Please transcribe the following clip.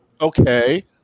okay